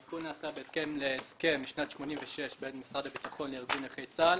העדכון נעשה בהתאם להסכם משנת 1986 בין משרד הביטחון לארגון נכי צה"ל,